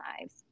lives